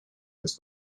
this